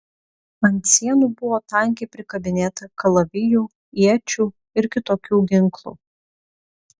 ant sienų buvo tankiai prikabinėta kalavijų iečių ir kitokių ginklų